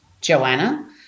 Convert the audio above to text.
Joanna